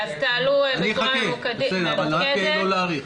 אני אחכה, בסדר, אבל רק לא להאריך.